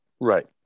right